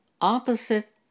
opposite